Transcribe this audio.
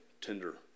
tender